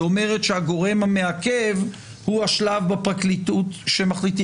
היא אומרת שהגורם המעכב הוא השלב בפרקליטות שמחליטים.